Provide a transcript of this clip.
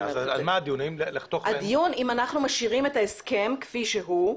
הדיון האם אנחנו משאירים את ההסכם כפי שהוא,